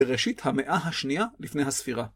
בראשית המאה השנייה לפני הספירה.